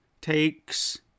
Takes